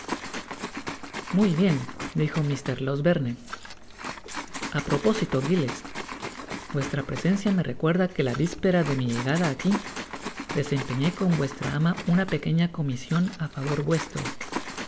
muy bien dijo mp losberne a propósito giles vuestra presencia me recuerda que la vispera de mi llegada aqui desempeñé con vueslra ama una pequeña comision á favor vuestro